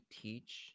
teach